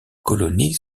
colonie